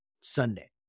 Sunday